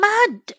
Mud